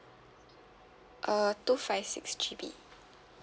uh two five six G_B